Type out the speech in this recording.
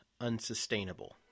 unsustainable